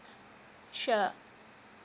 sure